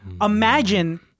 imagine